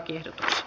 lakiehdotuksen